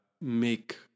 make